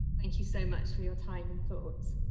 thank you so much for your time and thoughts.